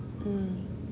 mm